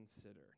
consider